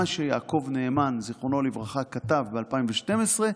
מה שיעקב נאמן ז"ל כתב ב-2012,